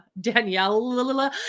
Danielle